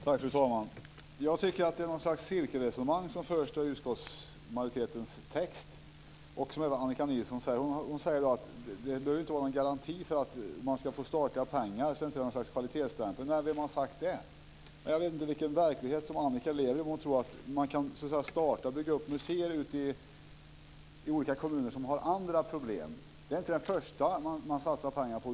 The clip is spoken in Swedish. Fru talman! Jag tycker att det är ett slags cirkelresonemang som förs i utskottsmajoritetens text och i vad Annika Nilsson säger. Hon säger att en garanti för att man ska få statliga pengar inte är något slags kvalitetsstämpel. Nej, vem har sagt det? Jag vet inte vilken verklighet som Annika lever i om hon tror att man kan starta och bygga upp museer ute i olika kommuner, som har andra problem. Det här är inte det första som man satsar pengar på.